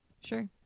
Sure